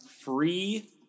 free